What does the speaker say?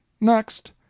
Next